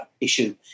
issue